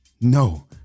No